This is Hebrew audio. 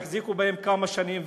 יחזיקו בהם כמה שנים,